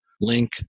link